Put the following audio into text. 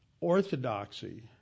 orthodoxy